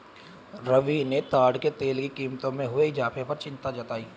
रवि ने ताड़ के तेल की कीमतों में हुए इजाफे पर चिंता जताई